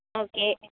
okay